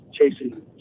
chasing